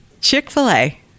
Chick-fil-A